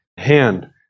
hand